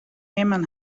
immen